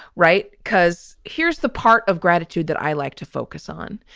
right? cause here's the part of gratitude that i like to focus on.